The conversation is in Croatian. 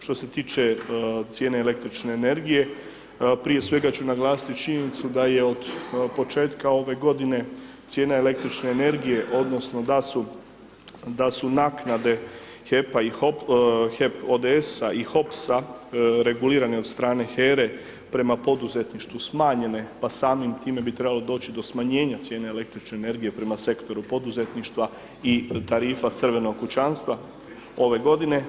Što se tiče cijene električne energije, prije svega ću naglasiti činjenicu da je od početka ove godine cijena električne energije odnosno da su naknade HEP-a i HEP ODS-a i HOPS-a regulirane od strane HERE prema poduzetništvu smanjene, pa samim time bi trebalo doći do smanjenja cijene električne energije prema sektoru poduzetništva i Tarifa crvenog kućanstva ove godine.